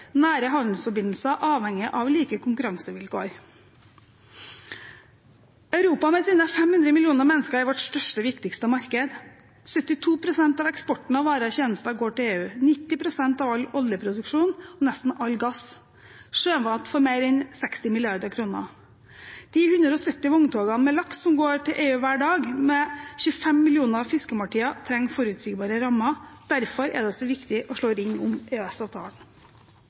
Nære handelsforbindelser avhenger av like konkurransevilkår. Europa med sine 500 millioner mennesker er vårt største og viktigste marked. 72 pst. av eksporten av varer og tjenester går til EU, 90 pst. av all oljeproduksjon, nesten all gass og sjømat for mer enn 60 mrd. kroner. De 170 vogntogene med laks som går til EU hver dag med 25 millioner fiskemåltider, trenger forutsigbare rammer. Derfor er det så viktig å slå ring om